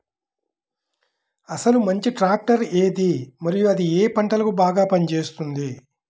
అసలు మంచి ట్రాక్టర్ ఏది మరియు అది ఏ ఏ పంటలకు బాగా పని చేస్తుంది?